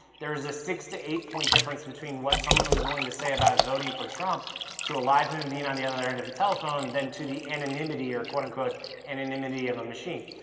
there was a six to eight point difference between what someone was willing to say about voting for trump to a live human being on the other end of the telephone then to the anonymity or quote-unquote anonymity of a machine.